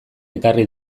ekarri